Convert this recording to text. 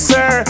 Sir